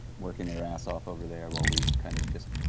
working their ass off over there while we kind of just